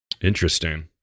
Interesting